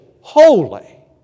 holy